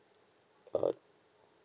uh